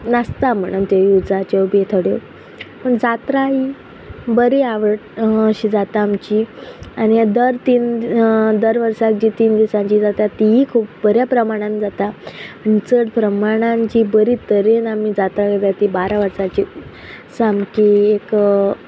नासता म्हणन युजाच्यो बी थोड्यो पण जात्रा बरी आवड अशी जाता आमची आनी दर तीन दर वर्साक जी तीन दिसांची जाता ती खूब बऱ्या प्रमाणान जाता चड प्रमाणान जी बरी तरेन आमी जात्रा घेतात ती बारा वर्साची सामकी एक